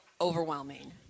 overwhelming